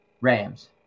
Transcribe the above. Rams